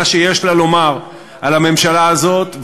מה שיש לה לומר על הממשלה הזאת,